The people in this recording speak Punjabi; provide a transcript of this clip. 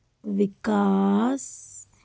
ਵਿਕਾਸ